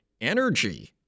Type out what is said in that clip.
energy